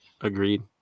Agreed